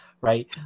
right